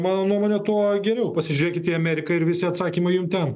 mano nuomone tuo geriau pasižiūrėkit į ameriką ir visi atsakymai jum ten